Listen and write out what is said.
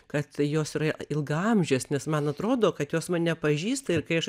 kad jos yra ilgaamžės nes man atrodo kad jos mane pažįsta ir kai aš